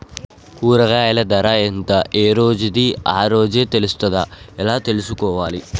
కూరగాయలు ధర ఎంత ఏ రోజుది ఆ రోజే తెలుస్తదా ఎలా తెలుసుకోవాలి?